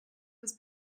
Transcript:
was